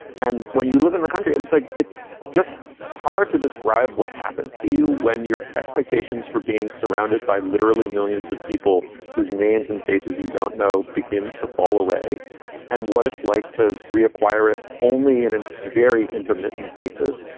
and when you live in the country, and it's like it's just hard to describe what happens to you when your expectations for being surrounded by literally millions of people whose names and faces you don't know begins to fall away and what it's like to reacquire it only in a and very intermittent basis.